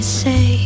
say